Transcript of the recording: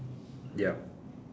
ya